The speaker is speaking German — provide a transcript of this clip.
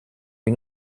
ihn